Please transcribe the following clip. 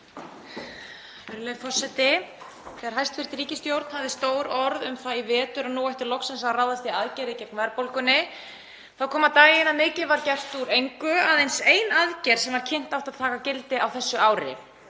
Þegar hæstv. ríkisstjórn hafði stór orð um það í vetur að nú ætti loksins að ráðast í aðgerðir gegn verðbólgunni kom á daginn að mikið var gert úr engu, aðeins ein aðgerð sem var kynnt átti að taka gildi á þessu ári.